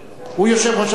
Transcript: הוא יושב-ראש הסיעה.